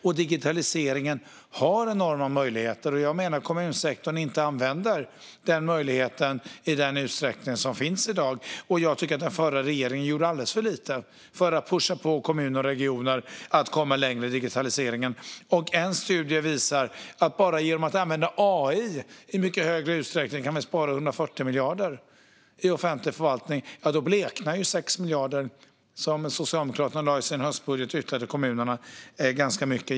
Det finns enorma möjligheter med digitaliseringen, och jag menar att kommunsektorn inte använder digitaliseringen i den utsträckning som är möjlig i dag. Och jag tycker att den förra regeringen gjorde alldeles för lite för att pusha på kommuner och regioner att komma längre i digitaliseringen. En studie visar att vi bara genom att använda AI i mycket högre utsträckning kan spara 140 miljarder i offentlig förvaltning. I jämförelse med det bleknar de ytterligare 6 miljarder som Socialdemokraterna lade i sin höstbudget till kommunerna ganska mycket.